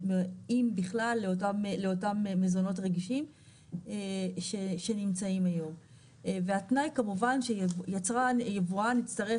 אם בכלל לאותם מזונות רגישים שנמצאים היום והתנאי כמובן שיצרן יבואן יצטרך